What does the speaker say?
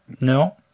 No